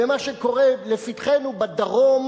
במה שקורה לפתחנו בדרום,